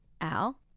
Al